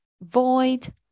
void